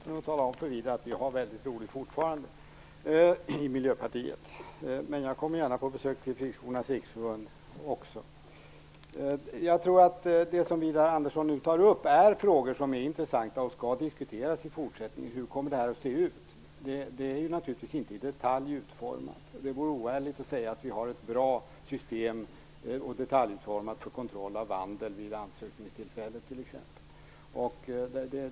Herr talman! Jag kan tala om för Widar Andersson att vi fortfarande har mycket roligt i Miljöpartiet. Men jag kommer gärna på besök till Friskolornas riksförbund också. Jag tycker att det som Widar Andersson nu tar upp är frågor som är intressanta, och man skall i fortsättningen diskutera hur detta skall se ut. Det är naturligtvis inte utformat i detalj. Det vore oärligt att säga att vi har ett bra system som är detaljutformat t.ex. för kontroll av vandel vid ansökningstillfället.